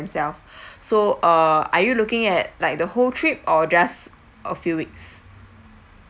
themself so uh are you looking at like the whole trip or just a few weeks